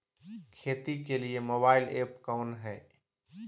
खेती के लिए मोबाइल ऐप कौन है?